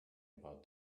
about